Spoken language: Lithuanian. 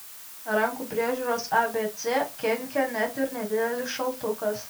rankų priežiūros abc kenkia net ir nedidelis šaltukas